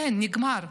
אין, נגמר.